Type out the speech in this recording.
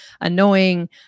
annoying